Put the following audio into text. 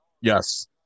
Yes